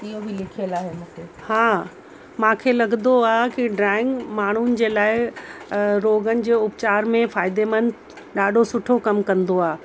इहो बि लिखियलु आहे हिन ते हा मूंखे लॻंदो आहे की ड्रॉइंग माण्हुनि जे लाइ रोगन जो उपचार में फ़ाइदेमंद ॾाढो सुठो कमु कंदो आहे